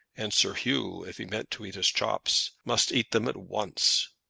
and sir hugh, if he meant to eat his chops, must eat them at once.